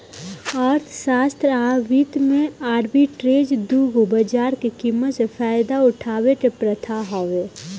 अर्थशास्त्र आ वित्त में आर्बिट्रेज दू गो बाजार के कीमत से फायदा उठावे के प्रथा हवे